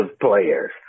players